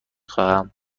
خواهم